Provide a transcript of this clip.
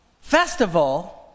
festival